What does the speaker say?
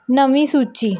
ਨਵੀਂ ਸੂਚੀ